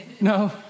no